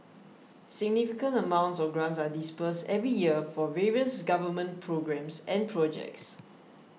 significant amounts of grants are disbursed every year for various government programmes and projects